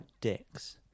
dicks